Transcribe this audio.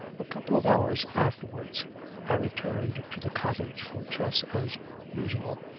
a couple of hours afterwards i returned to the cottage for chess as usual.